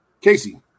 Casey